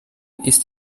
ist